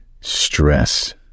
stress